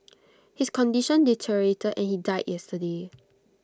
his condition deteriorated and he died yesterday